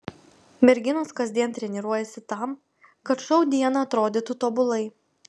merginos kasdien treniruojasi tam kad šou dieną atrodytų tobulai